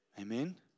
Amen